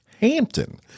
Hampton